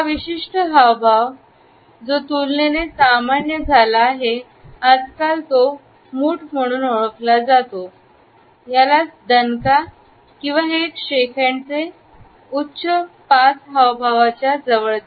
एक विशिष्ट हावभाव जो तुलनेने सामान्य झाला आहे आजकाल तो मूठ म्हणून ओळखला जातो दणका हे एका हँडशेक किंवा उच्च पाच हावभावच्या अगदी जवळ आहे